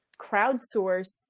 crowdsource